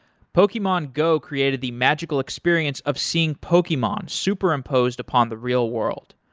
pokemon go created the magical experience of seeing pokemons superimposed upon the real world.